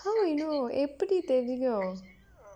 how I know எப்படி தெரியும்:eppadi theriyum